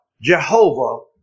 Jehovah